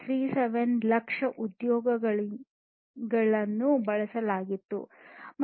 37 ಲಕ್ಷ ಉದ್ಯೋಗಿಗಳನ್ನು ಬಳಸಲಾಗುತ್ತಿದೆ